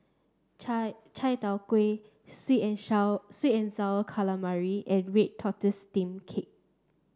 Chai Chai Tow Kuay sweet and sour sweet and sour calamari and Red Tortoise Steamed Cake